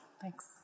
thanks